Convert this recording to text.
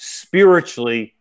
spiritually